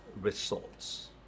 results